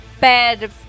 bad